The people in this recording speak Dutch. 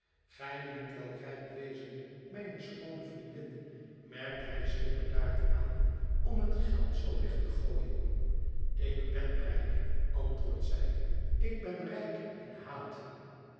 gij moet wel rijk wezen mijne schoone vriendin merkt hij zeer bedaard aan om het geld zoo weg te gooien ik ben rijk antwoordt zij ik ben rijk in haat